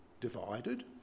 divided